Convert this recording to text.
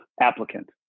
applicant